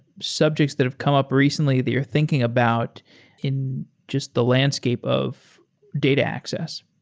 subjects that have come up recently that you're thinking about in just the landscape of data access?